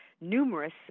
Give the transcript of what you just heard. numerous